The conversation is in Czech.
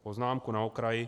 Poznámku na okraj.